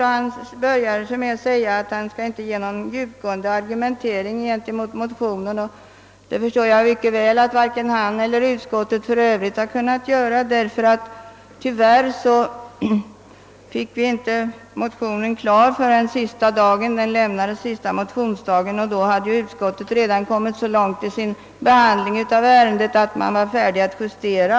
Han började med att säga att han inte skulle anföra någon djupgående argumentering mot motionen och jag förstår mycket väl att varken han eller utskottet för övrigt har kunnat göra det, eftersom vi tyvärr inte fick motionen klar förrän sista motionsdagen, och vid det laget hade utskottet redan kommit så långt i sin behandling av ärendet att man var färdig att justera.